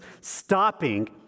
stopping